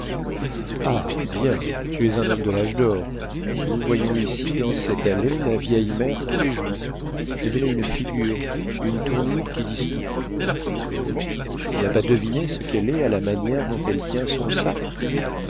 ah bien tu es un homme de l'âge d'or nous voyons ici dans cette allée la vieille mère tous les jours mais elle a une figure une tournure qui disent tout comment tu n'as pas deviné ce qu'elle est à la manière dont elle tient son sac